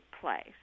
place